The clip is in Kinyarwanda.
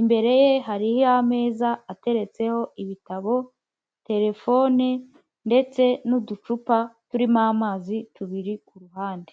imbere ye hari ameza ateretseho ibitabo, terefone ndetse n'uducupa turimo amazi tubiri ku ruhande.